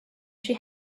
she